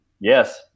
Yes